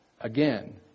Again